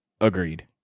Agreed